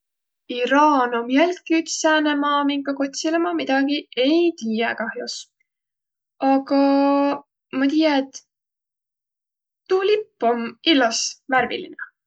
Iraan om jälki üts sääne maa, minka kotsilõ ma midägi ei tiiäq kah'os, aga ma tiiä, et tuu lipp om illos värviline.